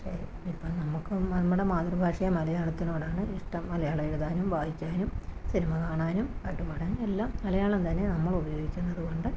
ഇപ്പോള് നമ്മള്ക്കും നമ്മുടെ മാതൃഭാഷയായ മലയാളത്തിനോടാണ് ഇഷ്ടം മലയാളം എഴുതാനും വായിക്കാനും സിനിമ കാണാനും പാട്ട് പാടാനും എല്ലാം മലയാളം തന്നെയാണ് നമ്മളുപയോഗിക്കുന്നതുകൊണ്ട്